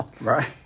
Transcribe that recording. Right